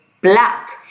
black